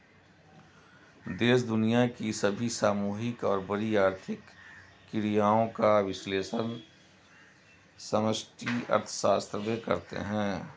देश दुनिया की सभी सामूहिक और बड़ी आर्थिक क्रियाओं का विश्लेषण समष्टि अर्थशास्त्र में करते हैं